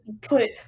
put